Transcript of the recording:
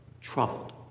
troubled